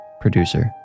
producer